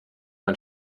man